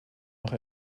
noch